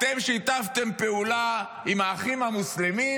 אתם שיתפתם פעולה עם האחים המוסלמים,